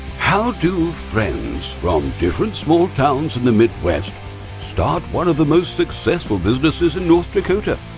how do friends from different small towns in the midwest start one of the most successful businesses in north dakota?